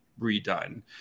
redone